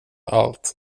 allt